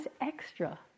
extra